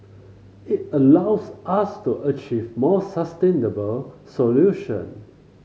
it allows us to achieve more sustainable solution